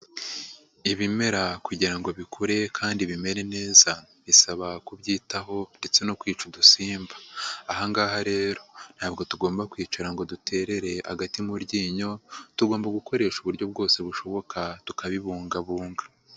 Ibimera kugira ngo bikure kandi bimere neza bisaba kubyitaho ndetse no kwica udusimba, aha ngaha rero ntabwo tugomba kwicara ngo duterereye agati mu ryinyo tugomba gukoresha uburyo bwose bushoboka tukabibungabunga.